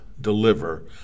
deliver